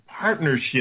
partnership